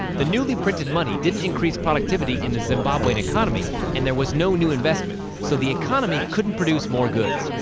the newly-printed money didn't increase productivity in the zimbabwean economy and there was no new investment. so the economy couldn't produce more goods.